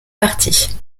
partie